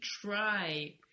try